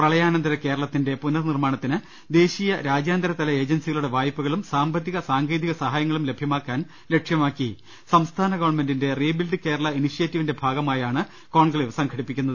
പ്രളയാനന്തര കേരളത്തിന്റെ പുനർനിർമ്മാണത്തിന് ദേശീയ രാജ്യാന്തരതല ഏജൻസികളുടെ വായ്പകളും സാമ്പത്തികസാങ്കേതിക സഹായങ്ങളും ലഭ്യമാക്കാൻ ലക്ഷ്യമാക്കി സംസ്ഥാന ഗവൺമെന്റിന്റെ റീബിൽഡ് കേരള ഇനീഷ്യേറ്റീവിന്റെ ഭാഗമായാണ് കോൺക്ലേവ് സംഘടിപ്പിക്കുന്നത്